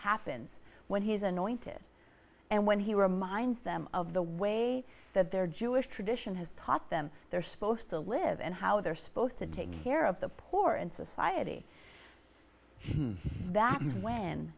happens when he's anointed and when he reminds them of the way that their jewish tradition has taught them they're supposed to live and how they're supposed to take care of the poor in society that is when